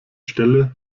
stelle